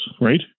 right